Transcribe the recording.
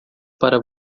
para